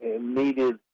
needed